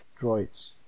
droids